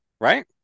right